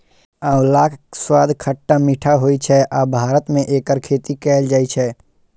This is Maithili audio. आंवलाक स्वाद खट्टा मीठा होइ छै आ भारत मे एकर खेती कैल जाइ छै